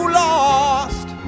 lost